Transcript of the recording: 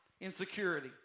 Insecurity